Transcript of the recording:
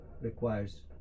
requires